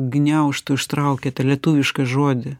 gniaužtų ištraukė tą lietuvišką žodį